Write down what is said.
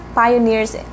pioneers